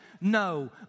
No